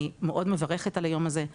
אני מאוד מברכת על היום הזה,